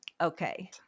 Okay